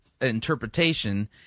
interpretation